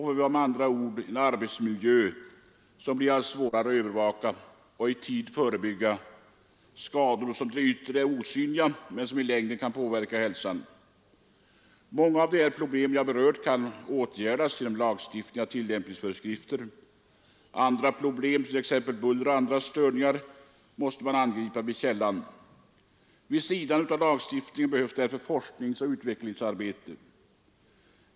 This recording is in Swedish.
Vi har med andra ord en arbetsmiljö som blir allt svårare att övervaka, och det blir allt svårare att i tid förebygga skador som till det yttre är osynliga men som i längden kan påverka hälsan. Många av de problem jag här berört kan åtgärdas genom lagstiftning och tillämpningsföreskrifter. Andra problem, t.ex. buller och andra störningar, måste man angripa vid källan. Vid sidan av lagstiftningen behövs därför forskningsoch utvecklingsarbete.